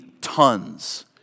tons